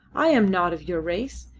i am not of your race.